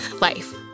life